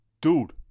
Dude